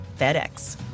FedEx